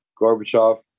Gorbachev